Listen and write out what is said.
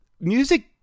music